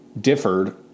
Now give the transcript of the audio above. differed